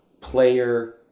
player